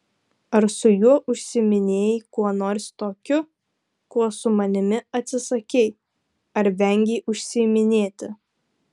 ar su juo užsiiminėjai kuo nors tokiu kuo su manimi atsisakei ar vengei užsiiminėti